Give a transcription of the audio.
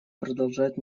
продолжать